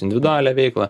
individualią veiklą